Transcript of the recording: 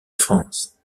france